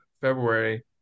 February